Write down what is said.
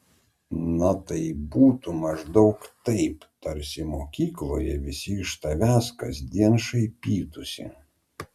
na tai būtų maždaug taip tarsi mokykloje visi iš tavęs kasdien šaipytųsi